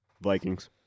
Vikings